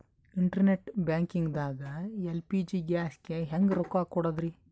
Internet banking ದಾಗ LPG ಗ್ಯಾಸ್ಗೆ ಹೆಂಗ್ ರೊಕ್ಕ ಕೊಡದ್ರಿ?